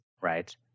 right